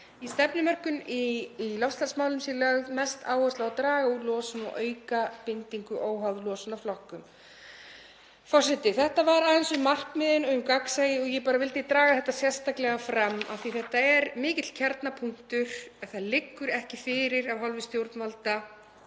Í stefnumörkun í loftslagsmálum er lögð mest áhersla á að draga úr losun og auka bindingu óháð losunarflokkum.“ Forseti. Þetta var aðeins um markmiðin, um gagnsæi og ég vildi draga þetta sérstaklega fram af því að þetta er mikill kjarnapunktur. En það liggur ekki fyrir af hálfu stjórnvalda